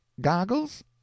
Goggles